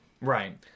Right